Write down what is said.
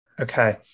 Okay